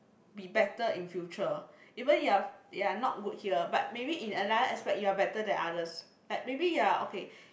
be better in future even you're you're not good here but maybe in another aspect you're better than others like maybe you're okay